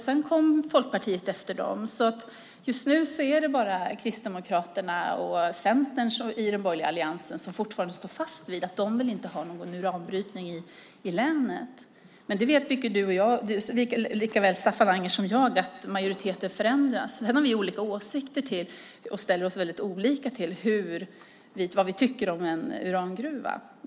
Sedan kom Folkpartiet efter dem. Just nu är det bara Kristdemokraterna och Centern i den borgerliga alliansen som fortfarande står fast vid att de inte vill ha någon uranbrytning i länet. Men det vet du lika väl som jag, Staffan Anger, att majoriteter förändras. Sedan ställer vi oss väldigt olika till en urangruva.